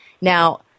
Now